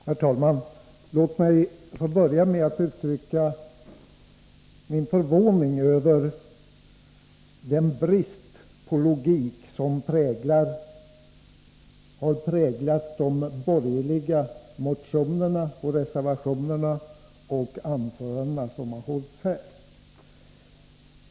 Herr talman! Låt mig börja med att uttrycka min förvåning över den brist på logik som har präglat de borgerliga motionerna och reservationerna och de anföranden som hållits här.